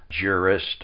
jurist